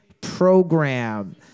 Program